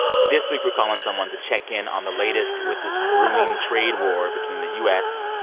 this week, we're calling someone to check in on the latest with this brewing trade war between the u s.